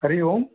Hari Om